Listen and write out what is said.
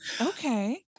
Okay